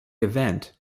event